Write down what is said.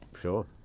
Sure